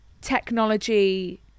technology